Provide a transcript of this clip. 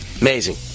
Amazing